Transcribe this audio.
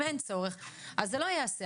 אם אין צורך אז זה לא ייעשה,